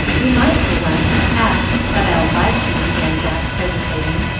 we might for once, perhaps, but i don't like to began jack, hesitating.